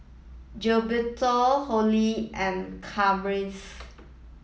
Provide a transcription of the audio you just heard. Gilberto Holly and Kathryn